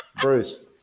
Bruce